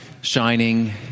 shining